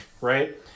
right